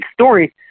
story